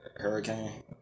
Hurricane